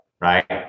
right